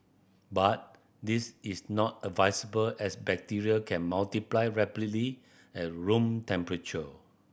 but this is not advisable as bacteria can multiply rapidly at room temperature